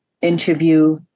interview